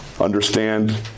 understand